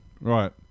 Right